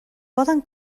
poden